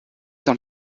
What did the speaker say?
dans